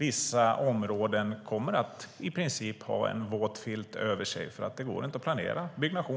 Vissa områden kommer i princip att ha en våt filt över sig eftersom det inte går att planera